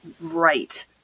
right